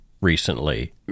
recently